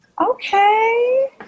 Okay